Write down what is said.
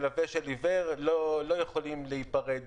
לפני הקורונה שילמו במזומן ולא הייתה בעיה.